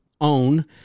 own